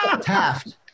Taft